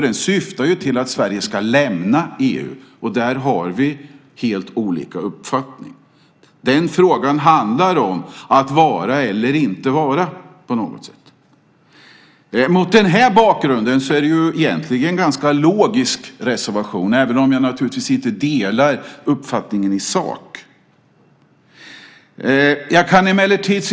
Den syftar till att Sverige ska lämna EU, och där har vi helt olika uppfattningar. Den frågan handlar om att vara eller inte vara. Mot den här bakgrunden är det en ganska logisk reservation, även om jag naturligtvis inte delar uppfattningen i sak.